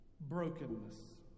brokenness